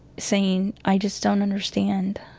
saying i just don't understand.